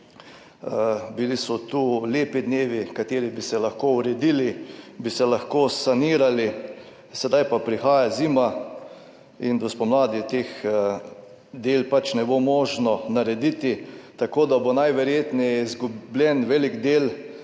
Bili so tu lepi dnevi, na katere bi se lahko uredilo, bi se lahko saniralo, sedaj pa prihaja zima in do spomladi teh del pač ne bo možno narediti. Tako da bo najverjetneje izgubljen velik del